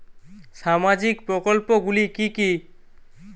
সামাজিক প্রকল্প গুলি কি কি?